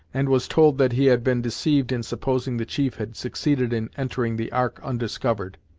and was told that he had been deceived in supposing the chief had succeeded in entering the ark undiscovered,